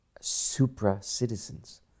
supra-citizens